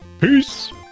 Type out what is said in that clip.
Peace